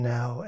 Now